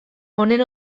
honen